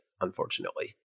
unfortunately